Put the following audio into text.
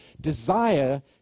desire